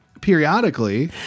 periodically